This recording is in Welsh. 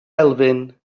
elfyn